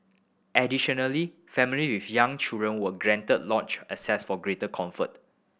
additionally family with young children were granted lounge access for greater comfort